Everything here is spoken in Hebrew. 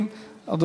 אני